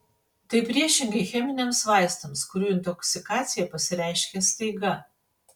tai priešingai cheminiams vaistams kurių intoksikacija pasireiškia staiga